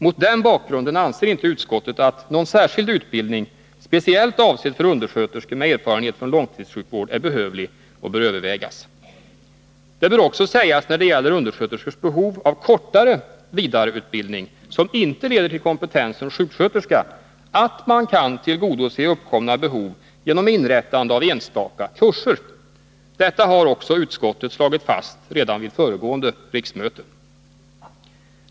Mot den bakgrunden anser inte utskottet att någon särskild utbildning, speciellt avsedd för undersköterskor med erfarenhet från långtidssjukvård, är behövlig och bör övervägas. Det bör också sägas, när det gäller undersköterskors behov av kortare vidareutbildning som inte leder till kompetens som sjuksköterska, att man kan tillgodose uppkomna behov genom inrättande av enstaka kurser. Detta har också utskottet slagit fast redan vid föregående riksmöte.